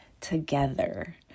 together